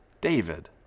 David